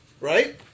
Right